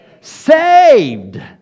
Saved